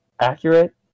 accurate